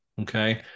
okay